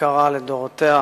היקרה לדורותיה,